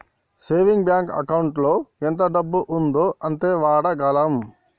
saving bank ఎకౌంటులో ఎంత డబ్బు ఉందో అంతే వాడగలం